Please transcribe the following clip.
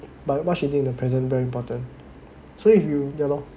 but what she did in the present very important so if you ya lor